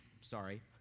sorry